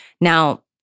Now